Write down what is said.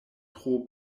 tro